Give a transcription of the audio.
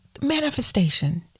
manifestation